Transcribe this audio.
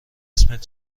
اسمت